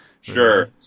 Sure